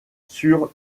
sur